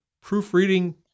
proofreading